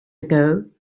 ago